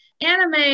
Anime